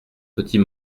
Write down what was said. petit